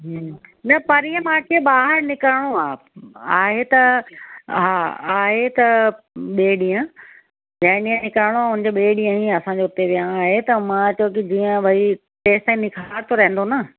हू न परींहं मांखे ॿाहिरि निकिरणो आहे आहे त हा आहे त ॿिएं ॾींहं ते ॾींहं निकिरिणो ॿिएं ॾींहं असांजो हुते विहांउ आहे त मां चयो त जीअं भई तेसीं ताईं निखार त रहंदो न